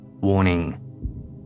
warning